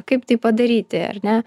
kaip tai padaryti ar ne